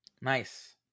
Nice